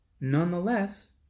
Nonetheless